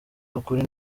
ukuri